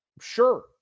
sure